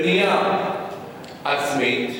בבנייה עצמית,